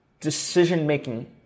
decision-making